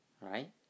Right